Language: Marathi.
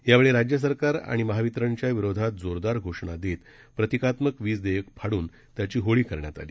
यावेळी राज्य सरकार आणि महावितरणच्या विरोधात जोरदार घोषणा देत प्रतीकात्मक वीज देयक फाडून त्याची होळी करण्यात आली